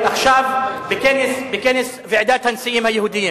עכשיו, בכנס ועידת הנשיאים היהודים.